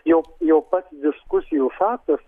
jau jau diskusijų faktas